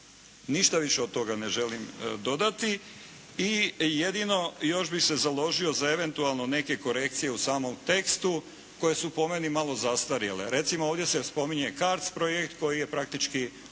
Ništa više od toga ne želim dodati. Jedio još bih se založio za eventualno neke korekcije u samom tekstu koje su po meni malo zastarjele. Recimo ovdje se spominje CARDS projekt koji je praktički